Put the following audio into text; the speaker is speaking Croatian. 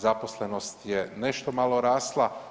Zaposlenost je nešto mala rasla.